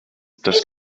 das